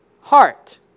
Heart